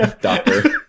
doctor